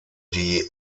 die